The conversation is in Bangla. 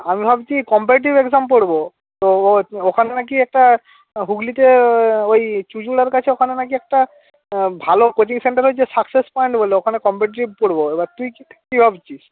আমি ভাবছি কম্পিটিটিভ এক্সাম পড়বো তো ওখানে নাকি একটা হুগলীতে ওই চুঁচুড়ার কাছে ওখানে নাকি একটা ভালো কোচিং সেন্টার হয়েছে সাকসেস পয়েন্ট বলে ওখানে কম্পিটিটিভ পড়বো এবার তুই কী কী ভাবছিস